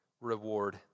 reward